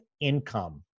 income